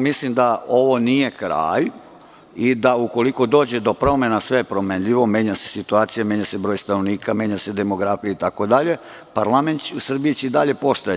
mislim da ovo nije kraj i da ukoliko dođe do promena, sve je promenljivo, menja se situacija, menja se broj stanovnika, menja se demografija itd, parlament u Srbiji će i dalje postojati.